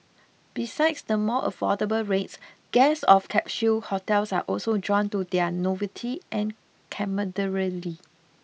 besides the more affordable rates guests of capsule hotels are also drawn to their novelty and camaraderie